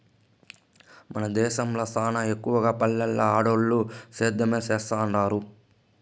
మన దేశంల సానా ఎక్కవగా పల్లెల్ల ఆడోల్లు సేద్యమే సేత్తండారు